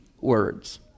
words